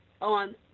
on